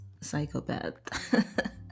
psychopath